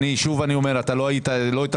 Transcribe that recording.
אני שוב אני אומר אתה לא היית התרכזת,